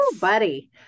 buddy